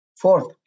Fourth